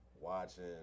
watching